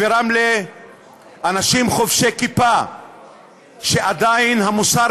וברמלה אנשים חובשי כיפה שעדיין המוסר